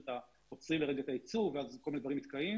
את הייצור ואז כול מיני דברים נתקעים.